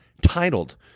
titled